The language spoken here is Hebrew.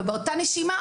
באותה נשימה,